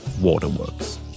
waterworks